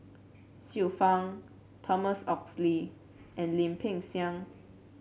Xiu Fang Thomas Oxley and Lim Peng Siang